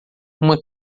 uma